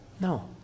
No